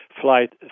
Flight